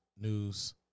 news